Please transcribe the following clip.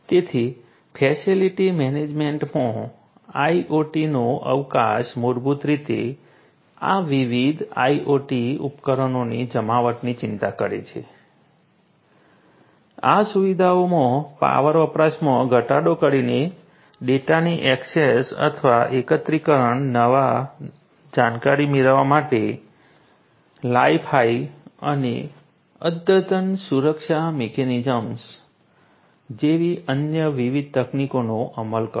તેથી ફેસિલિટી મેનેજમેન્ટમાં IoT નો અવકાશ મૂળભૂત રીતે આ વિવિધ IoT ઉપકરણોની જમાવટની ચિંતા કરે છે આ સુવિધાઓમાં પાવર વપરાશમાં ઘટાડો કરીને ડેટાની ઍક્સેસ અથવા એકત્રીકરણ દ્વારા નવી જાણકારી મેળવવા માટે LiFi અને અદ્યતન સુરક્ષા મિકેનિઝમ્સ જેવી અન્ય વિવિધ તકનીકોનો અમલ કરવો